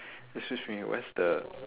excuse me where's the